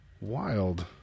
wild